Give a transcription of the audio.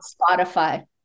Spotify